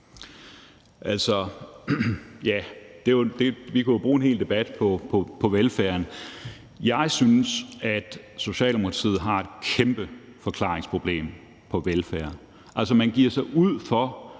Altså, vi kan jo bruge en hel debat på velfærden. Jeg synes, at Socialdemokratiet har et kæmpe forklaringsproblem i forhold til velfærden. Man giver sig ud for